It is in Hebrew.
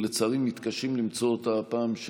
ולצערי מתקשים למצוא אותה הפעם,